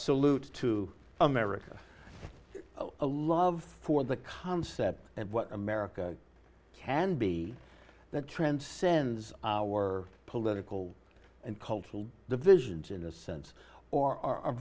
salute to america a love for the concept and what america can be that transcends our political and cultural divisions in a sense our